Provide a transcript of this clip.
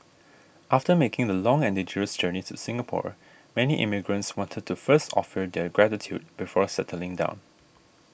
after making the long and dangerous journey to Singapore many immigrants wanted to first offer their gratitude before settling down